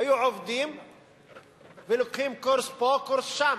היו עובדים ולוקחים קורס פה, קורס שם.